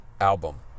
album